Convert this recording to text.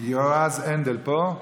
יועז הנדל, פה?